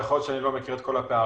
יכול להיות שאני לא מכיר את כל הפערים,